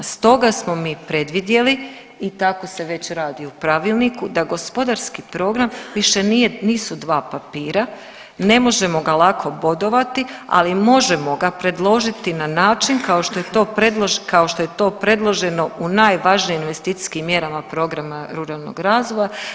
Stoga smo mi predvidjeli i tako se već radi u pravilniku da gospodarski program više nije, nisu 2 papira, ne možemo ga lako bodovati, ali možemo ga predložiti na način kao što je to predloženo u najvažnijim investicijskim mjerama programa ruralnog razvoja.